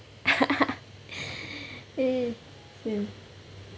eh same